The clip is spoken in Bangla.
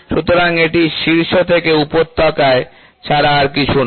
সুতরাং এটি শীর্ষ থেকে উপত্যকায় ছাড়া আর কিছুই নয়